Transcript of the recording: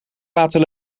laten